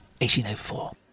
1804